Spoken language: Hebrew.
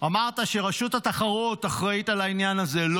אמרת שרשות התחרות אחראית לעניין הזה.